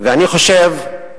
אני חושב,